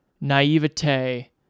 naivete